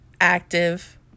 active